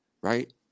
right